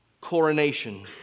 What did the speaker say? coronation